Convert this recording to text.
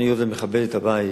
אני מכבד את הבית,